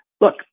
Look